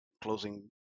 closing